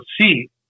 see